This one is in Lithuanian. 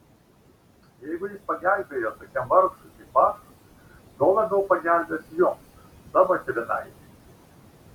jeigu jis pagelbėjo tokiam vargšui kaip aš tuo labiau pagelbės jums savo tėvynainiui